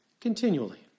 continually